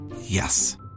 Yes